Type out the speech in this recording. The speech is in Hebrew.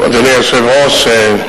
אדוני היושב-ראש,